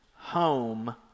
home